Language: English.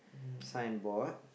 signboard